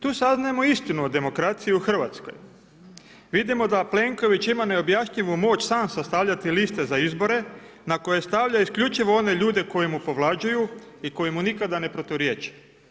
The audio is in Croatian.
Tu saznajemo istinu o demokraciji u Hrvatskoj, vidimo da Plenković ima neobjašnjivu moć sam sastavljati liste za izbore na koje stavlja isključivo one ljude koji mu povlađuju i koji mu nikada ne proturječe.